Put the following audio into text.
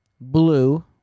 blue